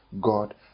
God